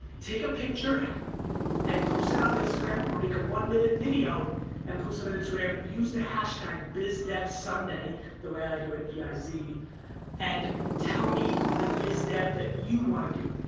take a picture and post it on instagram or make a one minute video and post it on instagram, use the hashtag bizdevsunday, the way i do it b i z and tell me the biz dev that you want to do.